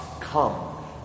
Come